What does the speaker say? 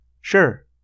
Sure